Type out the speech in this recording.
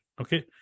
Okay